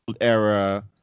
era